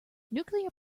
nuclear